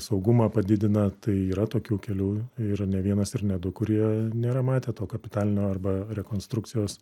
saugumą padidina tai yra tokių kelių ir ne vienas ir ne du kurie nėra matę to kapitalinio arba rekonstrukcijos